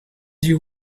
you